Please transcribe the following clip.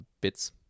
bits